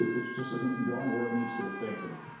it's just isn't going where it needs to. thank you.